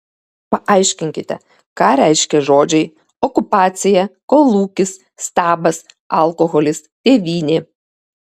paaiškinkite ką reiškia žodžiai okupacija kolūkis stabas alkoholis tėvynė